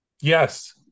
Yes